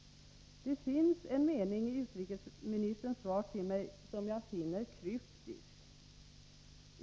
Det finns en mening i utrikesministerns svar till mig som jag finner kryptisk.